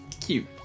Cute